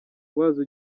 wazo